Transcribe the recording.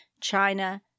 China